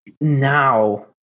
now